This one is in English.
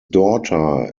daughter